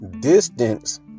Distance